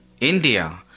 India